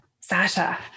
Sasha